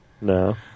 No